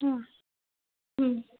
ಹಾಂ ಹ್ಞೂ